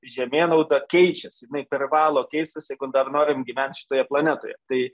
žemėnauda keičiasi jinai privalo keistis jeigu dar norime gyventi šitoje planetoje tai